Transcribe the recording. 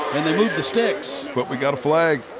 and they move the sticks. but we've got a flag.